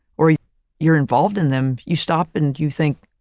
or you're involved in them, you stop and you think,